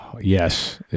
Yes